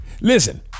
Listen